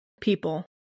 People